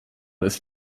des